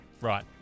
Right